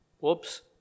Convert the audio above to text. Whoops